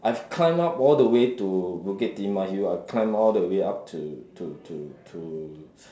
I've climbed up all the way to Bukit-Timah hill I've climbed all the way up to to to to